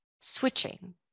switching